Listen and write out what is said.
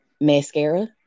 mascara